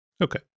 Okay